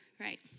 Right